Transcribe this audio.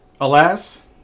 Alas